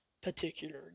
particular